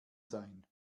sein